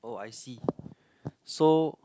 oh I see so